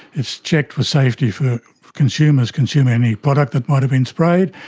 it's checked for safety for consumers consuming any product that might have been sprayed,